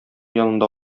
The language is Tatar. янында